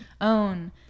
own